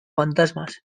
fantasmas